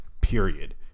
period